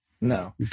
No